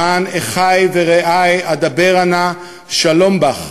למען אחי ורעי אדברה נא שלום בך,